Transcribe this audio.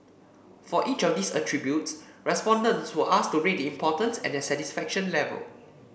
for each of these attributes respondents were asked to rate the importance and their satisfaction level